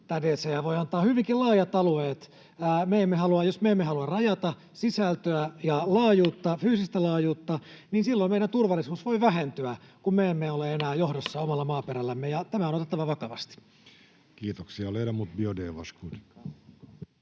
tämä DCA voi antaa hyvinkin laajat alueet. Jos me emme halua rajata sisältöä ja fyysistä laajuutta, niin silloin meidän turvallisuus voi vähentyä, kun me emme ole enää johdossa omalla maaperällämme, ja tämä on otettava vakavasti. [Speech